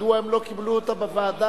מדוע הם לא קיבלו אותה בוועדה?